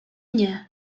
nie